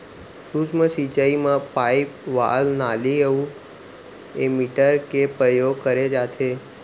सूक्ष्म सिंचई म पाइप, वाल्व, नाली अउ एमीटर के परयोग करे जाथे